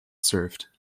served